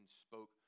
spoke